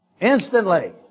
Instantly